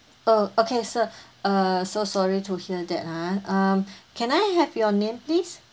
oh okay sir err so sorry to hear that ah um can I have your name please